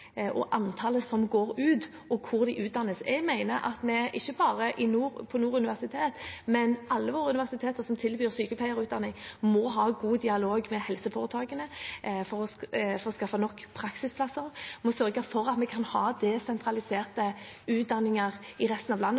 og antallet studenter som går ut, og hvor de utdannes. Jeg mener at ikke bare for Nord universitet, men for alle våre sykehus som tilbyr sykepleierutdanning, må vi ha en god dialog med helseforetakene for å skaffe nok praksisplasser, og vi må sørge for at vi kan ha desentraliserte utdanninger i resten av landet